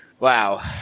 Wow